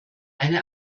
eine